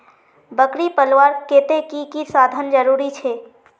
बकरी पलवार केते की की साधन जरूरी छे?